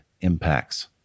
impacts